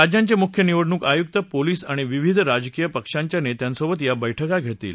राज्यांचे मुख्य निवडणूक आयुक्त पोलीस आणि विविध राजकीय पक्षांच्या नेत्यांसोबत या बैठका होतील